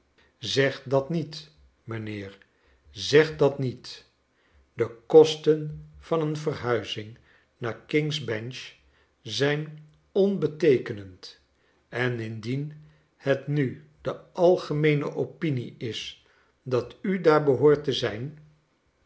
zeg dat niet mijnheer zeg dat niet de kosten van een verhuizing naar king's bench zijn onbeteekenead en indien het nu de algemeene opinie is dat u daar behoort te zijn